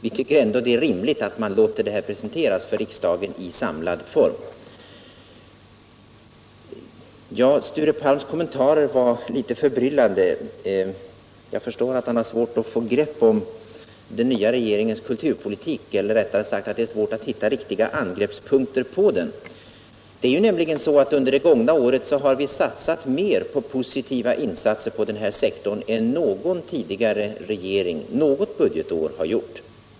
Vi tycker ändå det är rimligt att låta förslaget presenteras för riksdagen i samlad form. Sture Palms kommentarer var litet förbryllande. Jag förstår att han har svårt att hitta riktiga angreppspunkter på den nya regeringens kulturpolitik. Under det gångna året har vi satsat mer på positiva insatser inom den här sektorn än någon tidigare regering har gjort något budgetår.